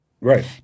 Right